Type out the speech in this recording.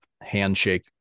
handshake